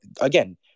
Again